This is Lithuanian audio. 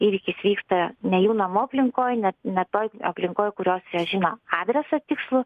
įvykis vyksta ne jų namų aplinkoj ne toj aplinkoj kurios jie nežino adresą tikslų